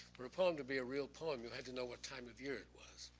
for a poem to be a real poem you had to know what time of year it was.